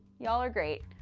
y'all are great!